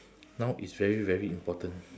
now it's very very important